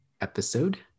episode